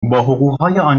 حقوقهای